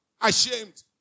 ashamed